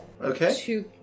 Okay